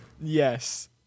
Yes